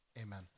amen